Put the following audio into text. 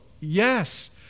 Yes